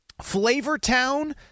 Flavortown